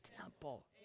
temple